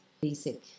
basic